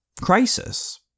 crisis